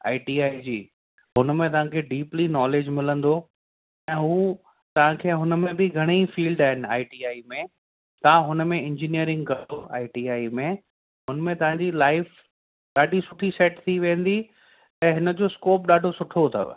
I T I जी हुनमें तव्हांखे डीपली नॉलिज मिलंदो ऐं हू तव्हांखे हुनमें बि घणईं फ़ील्ड आहिनि आई टी आई में तव्हां हुनमें इंजीनियरिंग कजो आई टी आई में हुनमें तव्हांजी लाइफ़ ॾाढी सुठी सेट थी वेंदी ऐं हिनजो स्कोप डाढो सुठो अथव